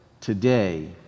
today